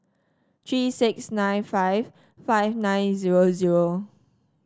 three six nine five five nine zero zero